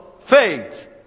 faith